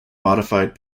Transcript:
modified